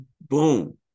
Boom